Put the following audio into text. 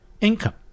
income